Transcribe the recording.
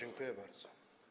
Dziękuję bardzo.